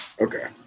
Okay